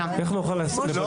איך נוכל לבצע את זה?